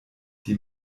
die